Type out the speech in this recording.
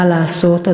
מה לעשות,